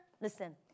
listen